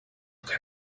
can